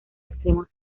extremo